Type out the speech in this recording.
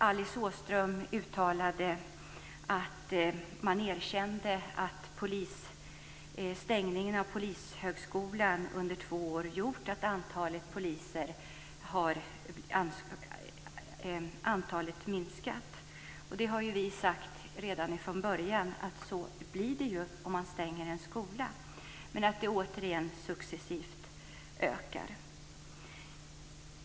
Alice Åström erkände att stängningen av polishögskolan under två år har gjort att antalet poliser har minskat. Vi sa ju redan från början att det blir så om man stänger en skola. Men nu ökar det successivt återigen.